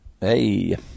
Hey